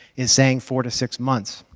is saying four to six months.